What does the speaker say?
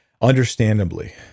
understandably